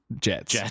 jets